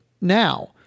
now